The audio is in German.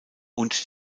und